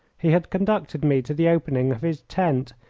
he had conducted me to the opening of his tent,